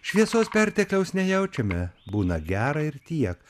šviesos pertekliaus nejaučiame būna gera ir tiek